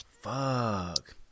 Fuck